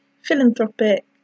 philanthropic